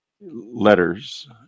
letters